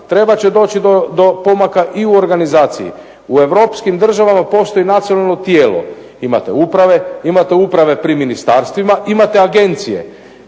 Trebat će doći do pomaka i u organizaciji. U europskim državama postoji nacionalno tijelo, imate uprave, imate uprave pri ministarstvima, imate agencije.